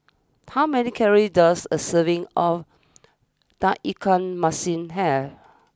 how many calories does a serving of Tauge Ikan Masin have